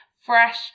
fresh